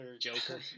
Joker